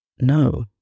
no